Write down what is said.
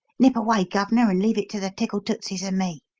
nip away, gov'nor, and leave it to the tickle tootsies and me!